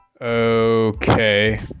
Okay